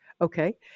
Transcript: Okay